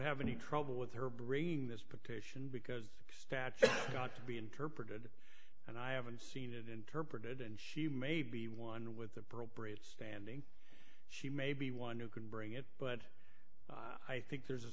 have any trouble with her bringing this petition because the statute got to be interpreted and i haven't seen it interpreted and she may be one with appropriate standing she may be one who can bring it but i think there's a